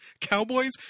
Cowboys